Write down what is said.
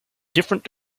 different